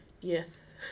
Yes